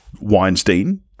Weinstein